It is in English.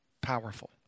powerful